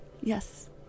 yes